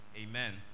Amen